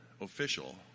official